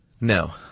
No